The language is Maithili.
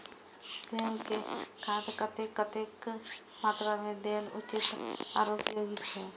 गेंहू में खाद कतेक कतेक मात्रा में देल उचित आर उपयोगी छै?